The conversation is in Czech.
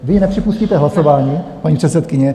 Vy nepřipustíte hlasování, paní předsedkyně.